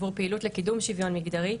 עבור פעילות לקידום שוויון מגדרי,